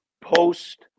post